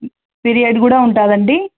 period కూడా ఉంటుంది అండి